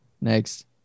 Next